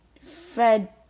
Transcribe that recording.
Fred